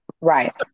right